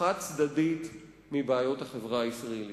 חד-צדדית מבעיות החברה הישראלית.